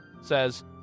says